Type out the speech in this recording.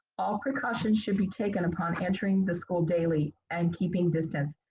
all precautions should be taken upon entering the school daily and keeping distance.